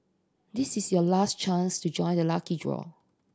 this is your last chance to join the lucky draw